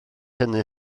hynny